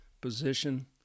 position